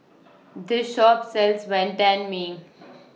This Shop sells Wantan Mee